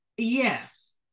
Yes